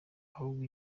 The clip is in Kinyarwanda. ahubwo